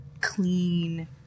clean